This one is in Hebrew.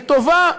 וטובה,